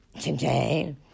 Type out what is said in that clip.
today